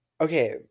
Okay